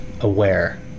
aware